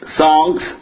songs